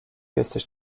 jesteś